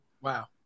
Wow